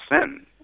sin